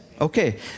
Okay